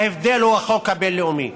ההבדל הוא החוק הבין-לאומי,